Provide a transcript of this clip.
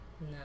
No